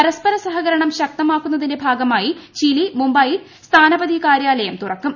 പരസ്പരസഹകരണം ശക്തമാക്കുന്നതിന്റെ ഭാഗമായി ചിലി മുംബൈയിൽ സ്ഥാനപതികാര്യാലയം തുറക്കും